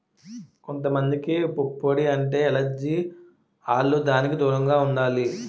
కొంత మందికి పుప్పొడి అంటే ఎలెర్జి ఆల్లు దానికి దూరంగా ఉండాలి